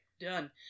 Done